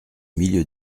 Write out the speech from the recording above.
milieu